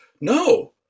no